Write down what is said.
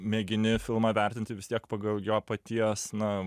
mėgini filmą vertinti vis tiek pagal jo paties na